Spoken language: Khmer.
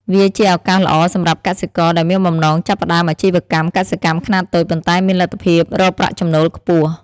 វាជាឱកាសល្អសម្រាប់កសិករដែលមានបំណងចាប់ផ្តើមអាជីវកម្មកសិកម្មខ្នាតតូច ប៉ុន្តែមានលទ្ធភាពរកប្រាក់ចំណូលខ្ពស់។